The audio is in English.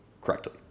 correctly